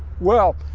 well,